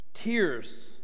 Tears